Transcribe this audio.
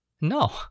No